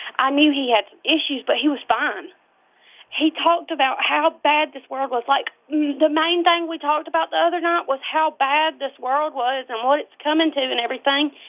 i knew he had issues, but he was fine he talked about how bad this world was. like the main thing we talked about the other night was how bad this world was, and what it's coming to and everything,